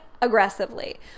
aggressively